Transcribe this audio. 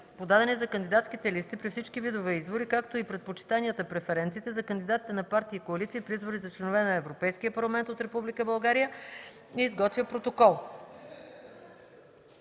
подадени за кандидатските листи при всички видове избори, както и предпочитанията (преференциите) за кандидатите на партии и коалиции при избори за членове на Европейския парламент от Република България и изготвя протокол;